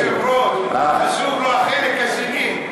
לכבוד היושב-ראש חשוב החלק השני.